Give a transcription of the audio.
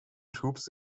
troops